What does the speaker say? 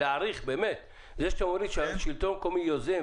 עוד מילה אחת: בארצות-הברית יש לנו מפעל.